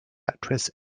actress